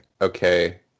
okay